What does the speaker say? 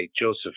Joseph